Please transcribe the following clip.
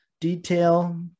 detail